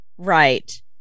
right